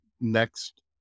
next